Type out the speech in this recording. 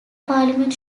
parliament